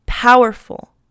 powerful